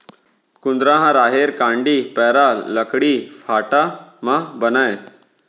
कुंदरा ह राहेर कांड़ी, पैरा, लकड़ी फाटा म बनय